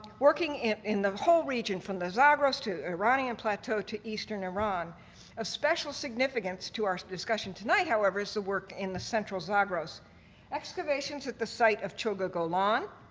working in in the whole region from the zagros to iranian plateau to eastern iran a special significance to our discussion tonight however is the work in the central zagros excavations at the site of chowk ago lon